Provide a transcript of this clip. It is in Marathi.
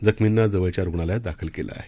जखमींना जवळच्या रुग्णालयात दाखल केलं आहे